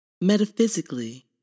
Metaphysically